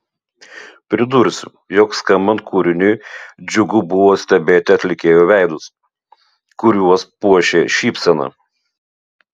pridursiu jog skambant kūriniui džiugu buvo stebėti atlikėjų veidus kuriuos puošė šypsena